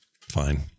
fine